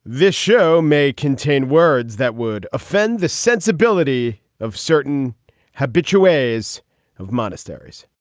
this show may contain words that would offend the sensibility of certain habitual ways of monasteries